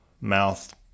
mouth